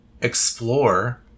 explore